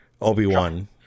obi-wan